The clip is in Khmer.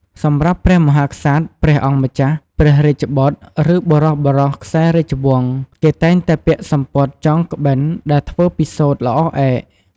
សម្រាប់ព្រះមហាក្សត្រ ព្រះអង្គម្ចាស់ ព្រះរាជបុត្រ ឬ បុរសៗខ្សែរាជវង្ស គេតែងតែពាក់់សំពត់ចងក្បិនដែលធ្វើពីសូត្រល្អឯក។